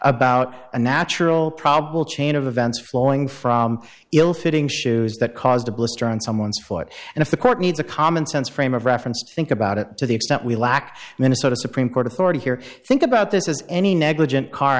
about a natural problem chain of events flowing from ill fitting shoes that caused a blister on someone's foot and if the court needs a commonsense frame of reference to think about it to the extent we lack the minnesota supreme court authority here think about this as any negligent car